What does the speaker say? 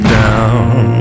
down